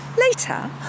Later